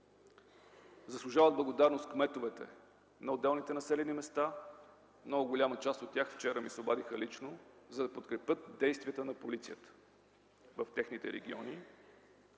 Заслужават благодарност и кметовете на отделните населени места. Голяма част от тях вчера лично ми се обадиха, за да подкрепят действията на полицията в техните региони.